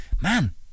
man